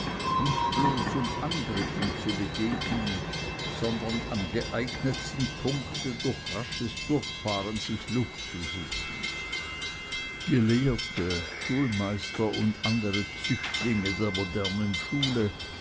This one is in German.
nicht bloß um angriffen zu begegnen sondern am geeignetsten punkte durch rasches durchfahren sich luft zu machen gelehrte schulmeister und andere züchtlinge der modernen schule